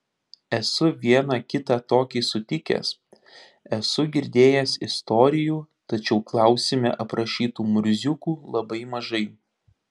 esu vieną kitą tokį sutikęs esu girdėjęs istorijų tačiau klausime aprašytų murziukų labai mažai